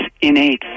innate